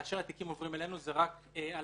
כאשר התיקים עוברים אלינו זה רק על